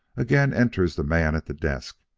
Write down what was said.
again enters the man at the desk,